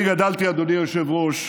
אני גדלתי, אדוני היושב-ראש,